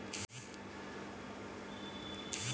సాల్వల్లో కాశ్మీరి సాలువా, మామూలు సాలువ అని కూడా రకాలుంటాయి